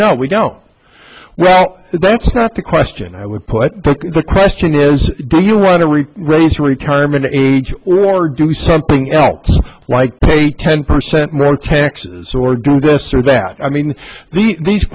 don't well that's not the question i would put the question is do you want to re raise the retirement age or do something else like pay ten percent more taxes or do this or that i mean the these